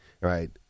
right